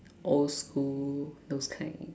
old school those kind